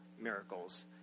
miracles